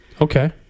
Okay